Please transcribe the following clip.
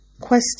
Question